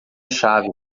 chave